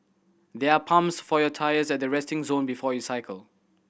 there are pumps for your tyres at the resting zone before you cycle